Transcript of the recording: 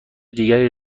دیگری